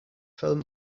film